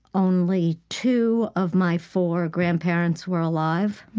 only two of my four grandparents were alive.